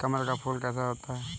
कमल का फूल कैसा होता है?